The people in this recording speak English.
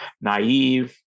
naive